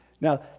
Now